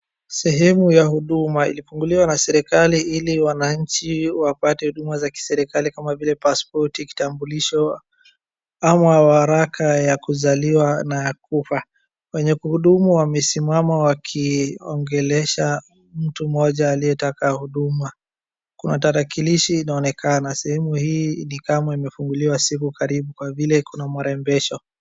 Sehemu ya huduma ilifunguliwa na serekali ili wananchi wapate huduma za kiserekali kama vile pasipoti, kitambulisho ama waraka ya kuzaliwa na ya kufa. Wenye kuhudumu wamesimama wakiongelesha mtu mmoja aliyetaka huduma kuna tarakilishi inaonekana. Sehemu hii ni kama imefunguliwa siku karibu kwa vile iko na marembesho.